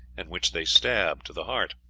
and which they stab to the heart,